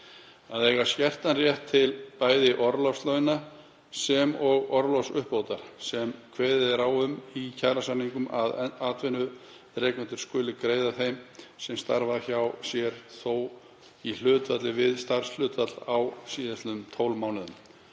að eiga skertan rétt til bæði orlofslauna sem og orlofsuppbótar sem kveðið er á um í kjarasamningum að atvinnurekendur skuli greiða þeim sem starfa hjá sér, þó í hlutfalli við starfshlutfall á sl. 12 mánuðum.